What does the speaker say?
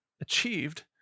achieved